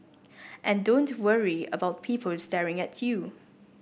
and don't worry about people staring at you